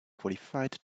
qualified